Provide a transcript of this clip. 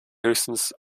höchstens